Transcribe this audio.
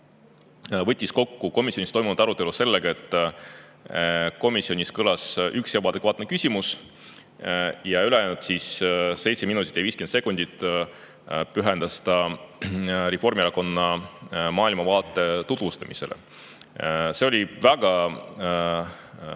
võttis kokku komisjonis toimunud arutelu sellega, et komisjonis kõlas üks ebaadekvaatne küsimus. Ülejäänud 7 minutit ja 50 sekundit pühendas ta Reformierakonna maailmavaate tutvustamisele. See oli väga